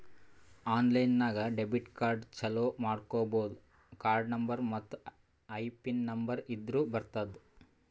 online ನಾಗ್ debit card ಚಾಲೂ ಮಾಡ್ಕೋಬೋದು ಕಾರ್ಡ ನಂಬರ್ ಮತ್ತ್ ಐಪಿನ್ ನಂಬರ್ ಇದ್ದುರ್ ಬರ್ತುದ್